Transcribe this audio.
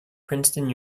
princeton